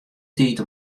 tiid